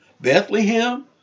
Bethlehem